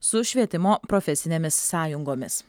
su švietimo profesinėmis sąjungomis